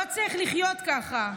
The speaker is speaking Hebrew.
לא צריך לחיות ככה.